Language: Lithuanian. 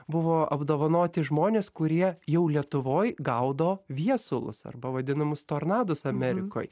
buvo apdovanoti žmonės kurie jau lietuvoj gaudo viesulus arba vadinamus tornadus amerikoj